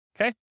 Okay